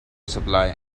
supply